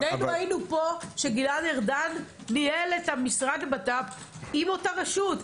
שנינו היינו פה כשגלעד ארדן ניהל את המשרד לביטחון הפנים עם אותה רשות.